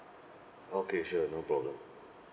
okay sure no problem